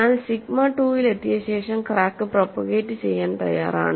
എന്നാൽ സിഗ്മ 2 ൽ എത്തിയ ശേഷം ക്രാക്ക് പ്രൊപോഗേറ്റ് ചെയ്യാൻ തയ്യാറാണ്